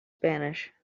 spanish